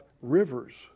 rivers